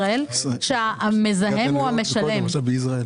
שהמזהם הוא המשלם.